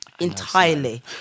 Entirely